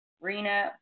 Rena